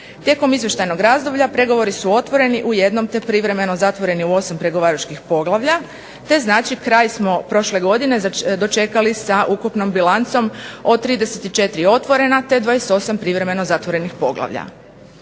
Tijekom izvještajnog razdoblja pregovori su otvoreni u jednom, te privremeno zatvoreni u 8 pregovaračkih poglavlja, te znači kraj smo prošle godine dočekali sa ukupnom bilancom od 34 otvorena, te 28 privremeno zatvorenih poglavlja.